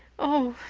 oh,